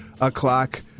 o'clock